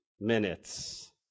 minutes